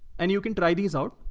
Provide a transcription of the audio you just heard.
and you can try these out.